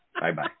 Bye-bye